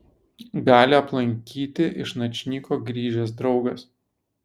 gali aplankyti iš načnyko grįžęs draugas